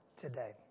today